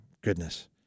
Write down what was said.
Goodness